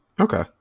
Okay